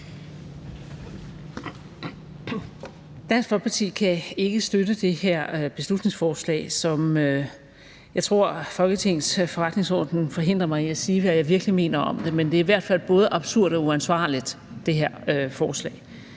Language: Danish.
Dansk Folkeparti kan ikke støtte det her beslutningsforslag. Jeg tror, at Folketingets forretningsorden forhindrer mig i at sige, hvad jeg virkelig mener om det, men det her forslag er i hvert fald både absurd og uansvarligt. Det er noget,